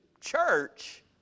church